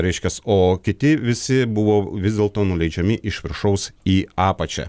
reiškias o kiti visi buvo vis dėlto nuleidžiami iš viršaus į apačią